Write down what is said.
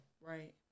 right